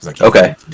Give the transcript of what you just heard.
Okay